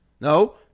no